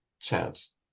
chance